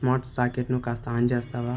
smart సాకెట్ను కాస్త on చేస్తావా